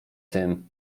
tym